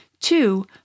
Two